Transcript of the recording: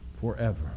forever